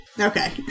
Okay